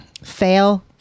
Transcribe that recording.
fail